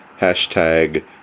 hashtag